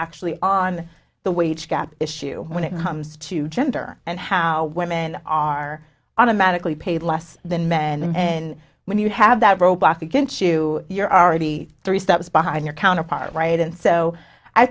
actually on the wage gap issue when it comes to gender and how women are automatically paid less than men and when you have that robot that can chew you're already three steps behind your counterpart right and so i